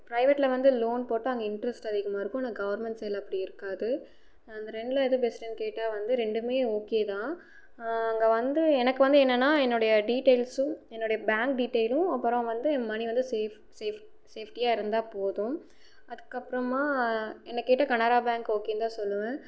பிரைவேட்டில் வந்து லோன் போட்டால் அங்கே இன்ட்ரஸ்ட் அதிகமாயிருக்கும் ஆனால் கவர்மெண்ட் சைடில் அப்படி இருக்காது இந்த ரெண்டில் எது பெஸ்ட்டுன்னு கேட்டால் வந்து ரெண்டுமே ஓகே தான் அங்கே வந்து எனக்கு வந்து என்னன்னா என்னுடைய டீடெயில்ஸும் என்னுடைய பேங்க் டீடெயிலும் அப்புறம் வந்து மனி வந்து சேவ் சேஃப் சேஃப்டியாகருந்தா போதும் அதுக்கு அப்புறமா என்னை கேட்டால் கனரா பேங்க் ஓகேன்னு தான் சொல்லுவேன்